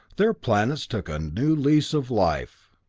their planets took a new lease of life!